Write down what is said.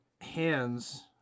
hands